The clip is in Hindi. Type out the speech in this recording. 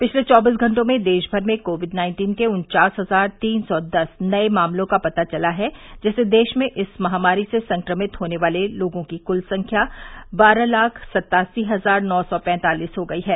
पिछले चौबीस घंटों में देश भर में कोविड नाइन्टीन के उन्चास हजार तीन सौ दस नये मामलों का पता चला है जिससे देश में इस महामारी से संक्रमित लोगों की कुल संख्या बारह लाख सत्तासी हजार नौ सौ पैंतालीस हो गयी है